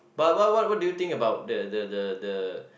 but what what what do you think about the the the the